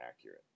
accurate